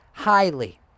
highly